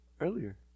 earlier